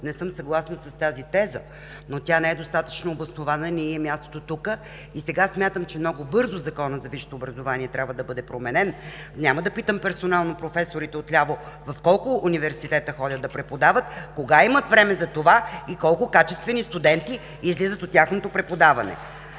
не съм съгласна с тази теза, но тя не е достатъчно обоснована и мястото й не е тук. Сега смятам, че много бързо трябва да бъде променен Законът за висшето образование. Няма да питам персонално професорите от ляво в колко университета ходят да преподават, кога имат време за това и колко качествени студенти излизат от тяхното преподаване?